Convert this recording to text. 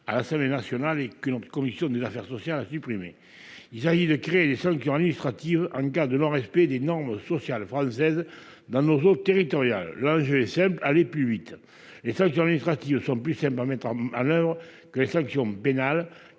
à l'Assemblée nationale et que notre commission des affaires sociales a supprimé. Il s'agit d'instaurer des sanctions administratives en cas de non-respect des normes sociales françaises dans nos eaux territoriales. L'enjeu est simple : aller plus vite. Les sanctions administratives sont plus rapides à mettre en oeuvre que les sanctions pénales,